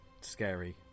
scary